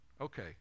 Okay